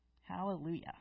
Hallelujah